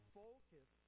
focus